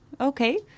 Okay